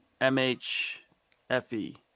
M-H-F-E